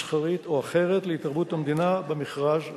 מסחרית או אחרת להתערבות המדינה במכרז האמור.